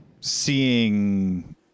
seeing